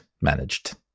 managed